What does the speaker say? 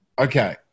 Okay